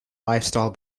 lifestyle